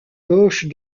gauche